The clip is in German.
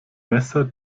messer